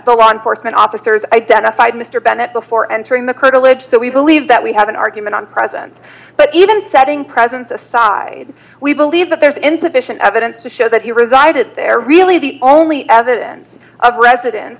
the law enforcement officers identified mr bennett before entering the curtilage so we believe that we have an argument on presence but even setting presence aside we believe that there is insufficient evidence to show that he resided there really the only evidence of residence